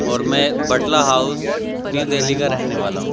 اور میں Batla House New Delhi کا رہنے والا ہوں